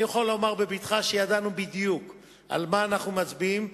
אני יכול לומר בבטחה שידענו בדיוק על מה אנחנו מצביעים,